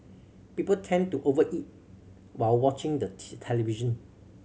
people tend to over eat while watching the television